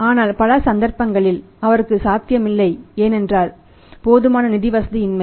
ஆனால் பல சந்தர்ப்பங்களில் அவருக்கு சாத்தியமில்லை ஏனென்றால் போதுமான நிதி வசதி இன்மை